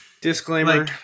Disclaimer